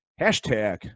hashtag